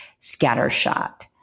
scattershot